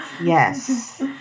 yes